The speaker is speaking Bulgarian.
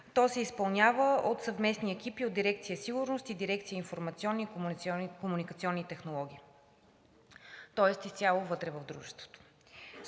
тя се изпълнява от съвместни екипи от дирекция „Сигурност“ и дирекция „Информационни и комуникационни технологии“, тоест изцяло вътре в дружеството.